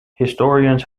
historians